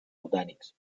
botànics